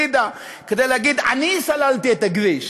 כדי להגיד: אני סללתי את הכביש.